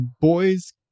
boys